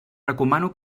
recomano